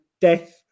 death